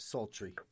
Sultry